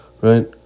right